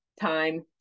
time